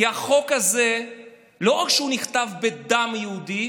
כי החוק הזה לא רק שהוא נכתב בדם יהודי,